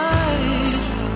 eyes